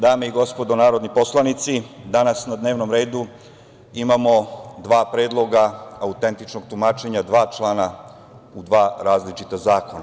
Dame i gospodo narodni poslanici, danas na dnevnom redu imamo dva predloga autentičnog tumačenja, dva člana u dva različita zakona.